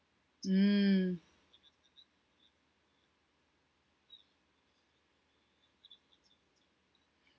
mm